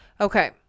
Okay